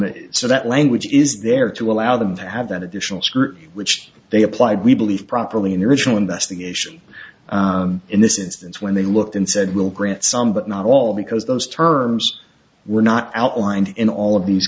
and so that language is there to allow them to have that additional scrutiny which they applied we believe properly in the original investigation in this instance when they looked and said we'll grant some but not all because those terms were not outlined in all of these